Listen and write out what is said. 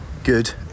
Good